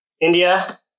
India